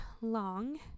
long